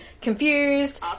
confused